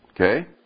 Okay